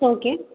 okay